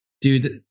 dude